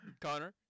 Connor